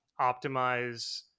optimize